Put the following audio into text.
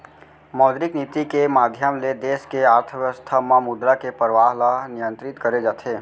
मौद्रिक नीति के माधियम ले देस के अर्थबेवस्था म मुद्रा के परवाह ल नियंतरित करे जाथे